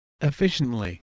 efficiently